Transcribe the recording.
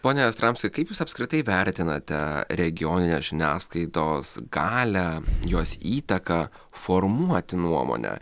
pone jastramski kaip jūs apskritai vertinate regioninę žiniasklaidos galią jos įtaką formuoti nuomonę